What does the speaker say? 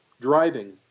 driving